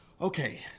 Okay